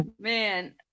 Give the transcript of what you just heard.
man